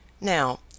Now